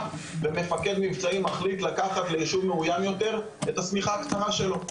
ומפקד מבצעים מחליט לקחת ליישוב מאוים יותר את השמיכה הקצרה שלו.